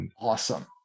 Awesome